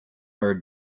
are